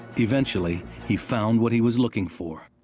eventually he found what he was looking for